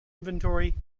inventory